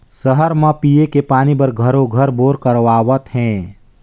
सहर म पिये के पानी बर घरों घर बोर करवावत हें